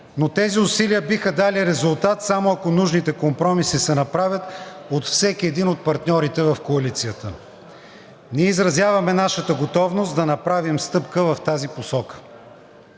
но тези усилия биха дали резултат само ако нужните компромиси се направят от всеки един от партньорите в коалицията. Ние изразяваме нашата готовност да направим стъпка в тази посока.